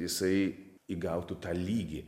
jisai įgautų tą lygį